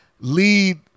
lead